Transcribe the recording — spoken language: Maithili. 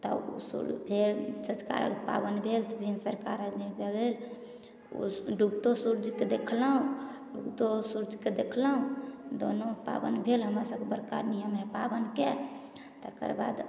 तब शुरू भेल सँझुका अरघ पाबनि भेल भिनसरका अरघ दिनका भेल ओ डुबितो सूर्जके देखलहुँ उगितो सूर्जके देखलहुँ दोनो पाबनि भेल हमरासभकेँ बड़का नियम हइ पाबनिके तकर बाद